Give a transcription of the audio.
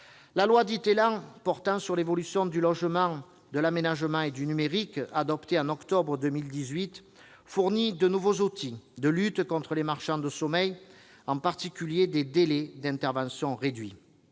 La loi portant évolution du logement, de l'aménagement et du numérique, dite loi ÉLAN, adoptée en octobre 2018, fournit de nouveaux outils de lutte contre les marchands de sommeil, en particulier des délais d'intervention réduits.